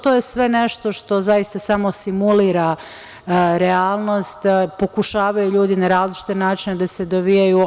To je sve nešto što zaista samo simulira realnost, pokušavaju ljudi na različite načine da se dovijaju.